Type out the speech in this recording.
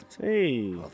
Hey